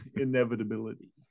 inevitability